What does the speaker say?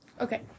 Okay